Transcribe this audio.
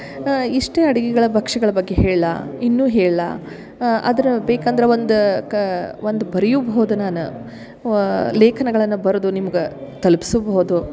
ಇಷ್ಟೆ ಅಡಿಗಿಗಳ ಭಕ್ಷ್ಯಗಳ ಬಗ್ಗೆ ಹೇಳ್ಲ ಇನ್ನು ಹೇಳ್ಲ ಅದ್ರ ಬೇಕಂದ್ರ ಒಂದು ಒಂದು ಬರಿಯುಬಹುದು ನಾನು ವ ಲೇಖನಗಳ್ನ ಬರೆದು ನಿಮ್ಗೆ ತಲುಪ್ಸುಬಹುದು